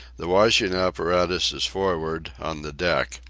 the washing apparatus is forward, on the deck.